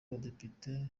abadepite